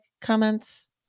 comments